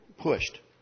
pushed